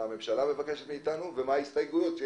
מה הממשלה מבקשת מאיתנו ומהן ההסתייגויות.